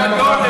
אינה נוכחת.